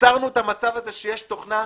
יצרנו את המצב הזה שיש תוכנה,